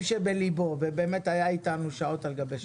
שבליבו ובאמת היה איתנו שעות על גבי שעות,